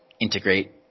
integrate